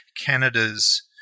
Canada's